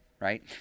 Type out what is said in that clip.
right